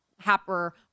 Happer